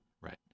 Right